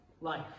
life